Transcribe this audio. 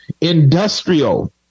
industrial